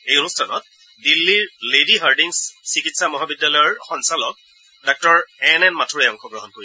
এই অনুষ্ঠানত দিন্নীৰ লেডী হাৰ্ডিংছ চিকিৎসা মহাবিদ্যালয়ৰ সংঞালক ডাঃ এন এন মাথুৰে অংশগ্ৰহণ কৰিব